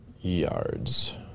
yards